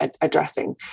addressing